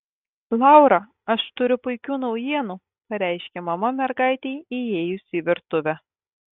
laura aš turiu puikių naujienų pareiškė mama mergaitei įėjus į virtuvę